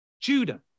Judah